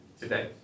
today